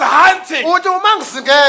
hunting